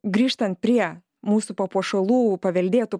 grįžtant prie mūsų papuošalų paveldėtų